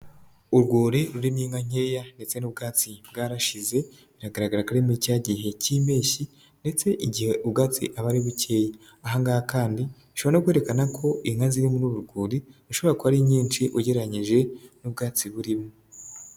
Urwuri rurimo inka nkeya ndetse n'ubwatsi bwarashize biragaragara ko ari muri cya gihe cy'impeshyi ndetse igihe ubwatsi aba ari bukeya, ahangaha kandi cyo no kwerekana ko inka ziri muri uru rwuri zishobora kuba ari nyinshi ugereranyije n'ubwatsi burimo.